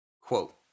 quote